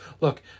look